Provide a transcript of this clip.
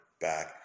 back